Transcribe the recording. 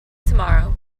tomorrow